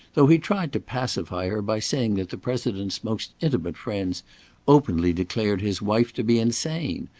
though he tried to pacify her by saying that the president's most intimate friends openly declared his wife to be insane,